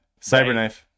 Cyberknife